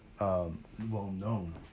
well-known